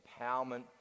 empowerment